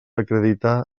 acreditar